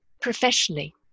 professionally